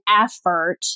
effort